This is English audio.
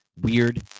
weird